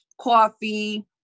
Coffee